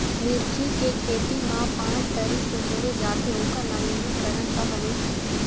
मिर्ची के खेती मा पान तरी से मुड़े जाथे ओकर नवीनीकरण का हवे?